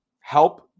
help